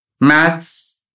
Maths